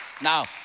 Now